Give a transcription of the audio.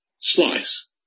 slice